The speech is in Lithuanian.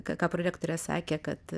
ką ką prorektorė sakė kad